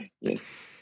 Yes